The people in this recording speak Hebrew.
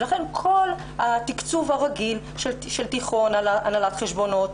ולכן כל התקצוב הרגיל של תיכון הנהלת חשבונות,